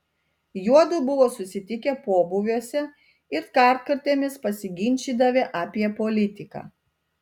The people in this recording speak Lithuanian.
juodu buvo susitikę pobūviuose ir kartkartėmis pasiginčydavę apie politiką